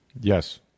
Yes